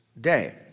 day